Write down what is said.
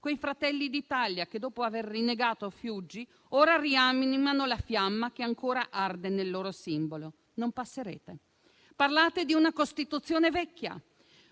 quei Fratelli d'Italia che, dopo aver rinnegato Fiuggi, ora rianimano la fiamma che ancora arde nel loro simbolo. Non passerete. Parlate di una Costituzione vecchia.